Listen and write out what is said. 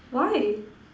why